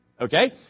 Okay